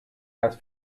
las